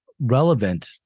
relevant